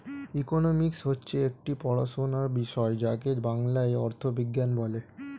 economics হচ্ছে একটি পড়াশোনার বিষয় যাকে বাংলায় অর্থবিজ্ঞান বলে